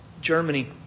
Germany